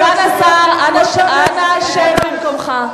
סגן השר, אנא שב במקומך.